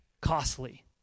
costly